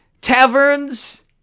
taverns